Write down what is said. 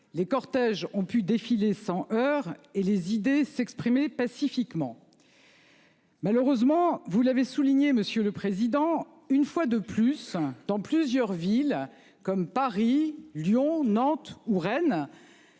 Les cortèges ont pu défiler sans heurts et les idées s'exprimer pacifiquement. Malheureusement, vous l'avez souligné, Monsieur le Président. Une fois de plus, dans plusieurs villes comme Paris, Lyon, Nantes ou Rennes.